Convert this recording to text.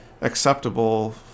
acceptable